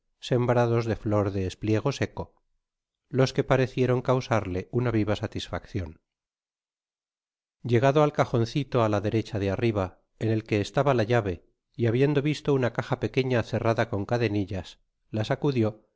sembrados de flor de espliego seco los que parecieron causarle una viva satisfaccion llegado al cajoncito á la derecha de arriba en el que estaba la llave y habiendo visto una caja pequeña cerrada con cadenillas la sacudió y